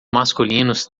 masculinos